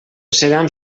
seran